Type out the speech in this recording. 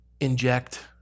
inject